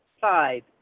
Five